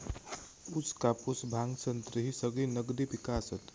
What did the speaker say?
ऊस, कापूस, भांग, संत्री ही सगळी नगदी पिका आसत